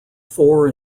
four